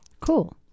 cool